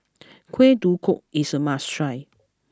Kuih Kodok is a must try